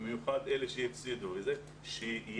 במיוחד אלה שהפסידו לימודים בשנה שעברה,